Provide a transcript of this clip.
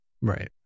right